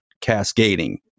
cascading